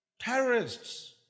terrorists